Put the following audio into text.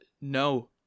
no